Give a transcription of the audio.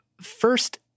first